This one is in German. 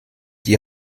die